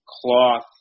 cloth